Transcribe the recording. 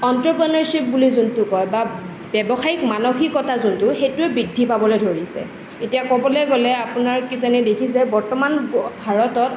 entrepreneurship বুলি যোনটো কয় বা ব্যৱসায়িক মানসিকতাটো যোনটো সেইটো বৃদ্ধি পাবলৈ ধৰিছে এতিয়া ক'বলে গ'লে আপোনাৰ কিজানি দেখিছে বৰ্তমান ভাৰতত